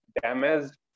damaged